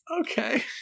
okay